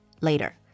later